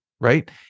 right